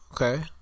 Okay